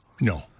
No